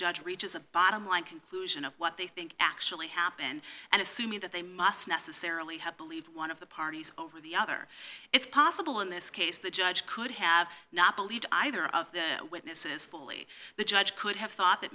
judge reaches a bottom line conclusion of what they think actually happened and assuming that they must necessarily have believed one of the parties over the other it's possible in this case the judge could have not believed either of their witnesses fully the judge could have thought that